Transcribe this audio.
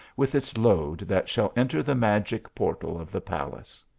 with its load, that shall enter the magic portal of the palace.